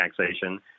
taxation